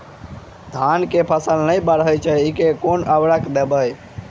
धान कऽ फसल नै बढ़य छै केँ उर्वरक देबै?